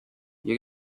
you